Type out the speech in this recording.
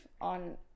on